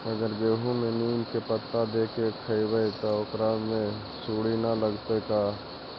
अगर गेहूं में नीम के पता देके यखबै त ओकरा में सुढि न लगतै का?